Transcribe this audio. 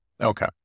Okay